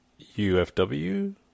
UFW